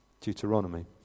Deuteronomy